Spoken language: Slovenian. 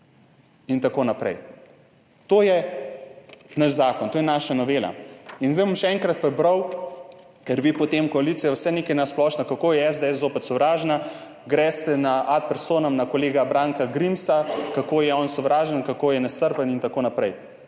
in tako naprej. To je naš zakon, to je naša novela. Zdaj bom še enkrat prebral, ker vi potem v koaliciji vse nekaj na splošno, kako je SDS zopet sovražna, greste ad personam na kolega Branka Grimsa, kako je on sovražen, kako je nestrpen in tako naprej.